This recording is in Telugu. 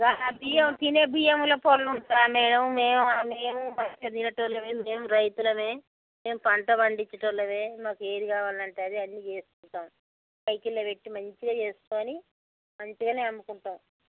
గా బియ్యం తినే బియ్యంలో పొళ్ళు ఉంటాయి మేడమ్ మేమా మేము మస్త్ తినేవి వాళ్ళమే మేము రైతులం మేము పంట పండిచ్చేటి వాళ్ళం మాకు ఏది కావాలి అంటే అది అన్నీ చేసుకుంటాం సైకిల్లో పెట్టి మంచిగా వేసుకుని మంచిగా అమ్ముకుంటాం